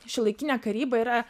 šiuolaikinė karyba yra